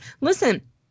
listen